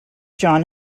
john